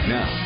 Now